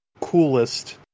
coolest